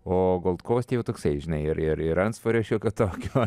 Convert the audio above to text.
o gold kouste jau toksai žinai ir ir antsvorio šiokio tokio